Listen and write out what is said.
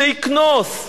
שיקנוס,